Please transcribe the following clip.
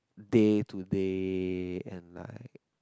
day to day and like